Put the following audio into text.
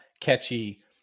catchy